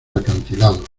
acantilados